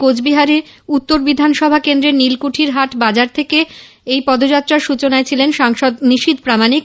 কোচবিহার উত্তর বিধানসভা কেন্দ্রের নীলকুঠির হাট বাজার থেকে পদযাত্রার সূচনায় ছিলেন সাংসদ নিশীথ প্রামাণিক